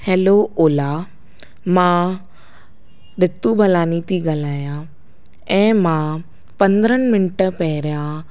hello Ola मां रितू बलानी थी ॻाल्हायां ऐं मां पंद्रहनि मिंटनि पहिरियों